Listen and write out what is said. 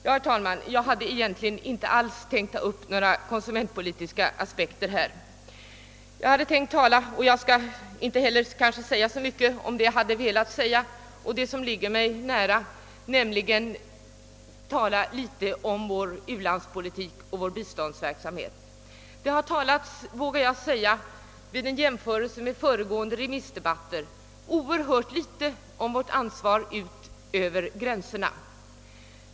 Jag hade, herr talman, egentligen inte alls tänkt att ta upp några konsumentpolitiska espekter i mitt anförande. Jag skall kanske inte heller säga så mycket i den fråga som jag från början tänkt beröra mera utförligt och som ligger mig mycket nära, nämligen frågan om vår u-landspolitik och vår biståndsverksamhet. Om man jämför med tidigare remissdebatter har i denna debatt, vågar jag säga, talats mycket litet om vårt ansvar över gränserna.